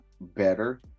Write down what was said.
better